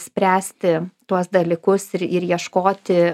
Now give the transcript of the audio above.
spręsti tuos dalykus ir ir ieškoti